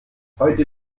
heute